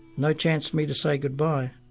no chance for me to say goodbye,